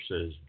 says